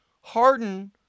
Harden